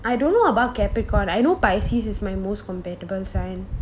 I don't know about capricorn I know pisces is my most compatible sign